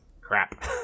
Crap